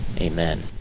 Amen